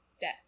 death